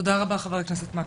תודה רבה, חבר הכנסת מקלב.